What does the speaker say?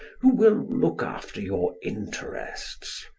who will look after your interests.